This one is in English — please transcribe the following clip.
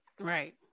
Right